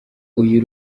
uyu